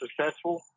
successful